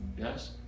Yes